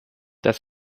das